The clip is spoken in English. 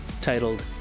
titled